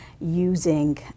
using